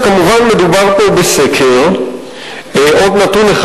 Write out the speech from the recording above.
עוד נתון אחד,